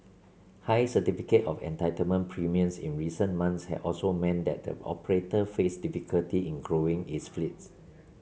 high certificate of entitlement premiums in recent months also meant that the operator faced difficulty in growing its fleet